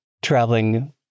traveling